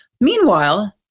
Meanwhile